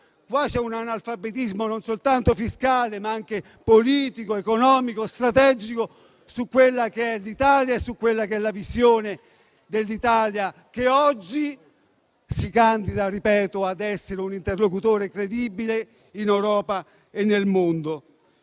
ma l'analfabetismo non è soltanto fiscale, ma anche politico, economico e strategico su quella che è l'Italia e su quella che è la visione dell'Italia, che oggi si candida - ripeto - ad essere un interlocutore credibile in Europa e nel mondo.